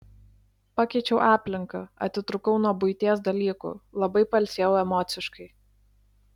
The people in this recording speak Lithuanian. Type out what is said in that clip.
pakeičiau aplinką atitrūkau nuo buities dalykų labai pailsėjau emociškai